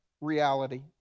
reality